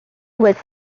was